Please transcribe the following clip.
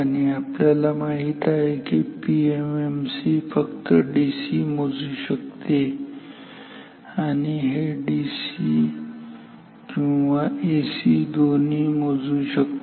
आणि आपल्याला माहित आहे की पीएमएमसी फक्त डीसी मोजू शकते आणि हे डीसी किंवा एसी दोन्ही मोजू शकते